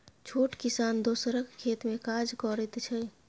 छोट किसान दोसरक खेत मे काज करैत छै